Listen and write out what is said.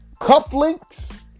cufflinks